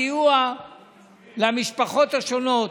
בסיוע למשפחות השונות,